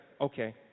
okay